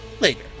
later